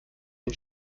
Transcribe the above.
den